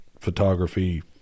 photography